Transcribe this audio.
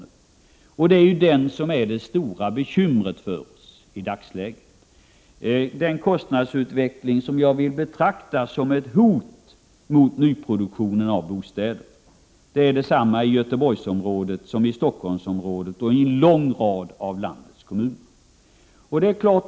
Det är denna kostnadsutveckling som är det stora bekymret för oss i dagsläget; jag betraktar den som ett hot mot nyproduktionen av bostäder. Förhållandena är desamma i Göteborgsområdet, i Stockholmsområdet och i en lång rad av landets kommuner.